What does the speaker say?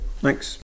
Thanks